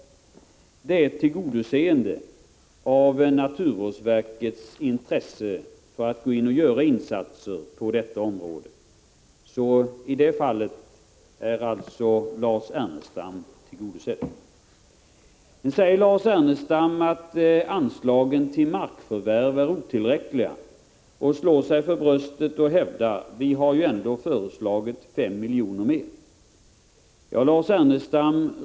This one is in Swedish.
Det är ett tillgodoseende av naturvårdsverkets intresse av att göra insatser på detta område. I det fallet har vi alltså tillmötesgått Lars Ernestam. Lars Ernestam säger att anslagen till markförvärv är otillräckliga, slår sig för bröstet och hävdar: Vi har ändå föreslagit 5 miljoner mer.